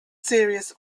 serious